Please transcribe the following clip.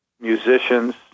Musicians